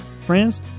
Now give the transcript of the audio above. friends